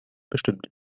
bestimmt